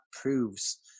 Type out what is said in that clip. proves